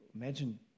imagine